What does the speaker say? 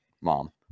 Mom